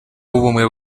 w’ubumwe